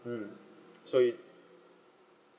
mm so it